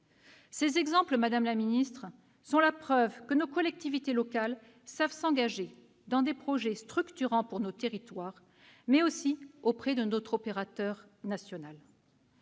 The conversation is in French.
Ces exemples, madame la ministre, sont la preuve que nos collectivités territoriales savent s'engager dans des projets structurants pour nos territoires, mais aussi auprès de notre opérateur national.